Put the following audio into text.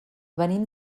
venim